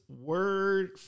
word